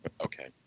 Okay